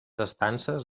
estances